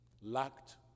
lacked